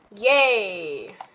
Yay